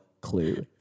clue